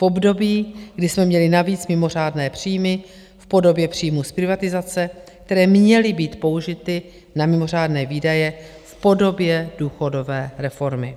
V období, kdy jsme měli navíc mimořádné příjmy v podobě příjmů z privatizace, které měly být použity na mimořádné výdaje v podobě důchodové reformy.